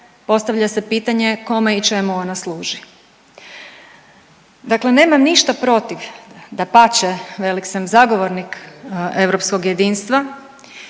postavlja se pitanje kome i čemu ona služi. Dakle, nemam ništa protiv, dapače velik sam zagovornik europskog jedinstva.